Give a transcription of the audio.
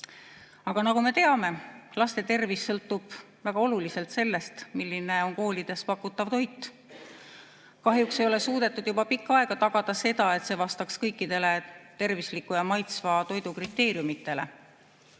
nagu me teame, laste tervis sõltub väga olulisel määral sellest, milline on koolides pakutav toit. Kahjuks ei ole suudetud juba pikka aega tagada seda, et see vastaks kõikidele tervisliku ja maitsva toidu kriteeriumidele.